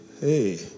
Hey